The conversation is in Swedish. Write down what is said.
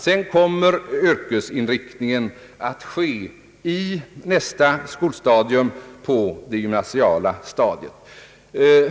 Sedan kommer yrkesinriktningen att ske på nästa skolstadium, nämligen på det gymnasiala stadiet.